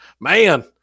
Man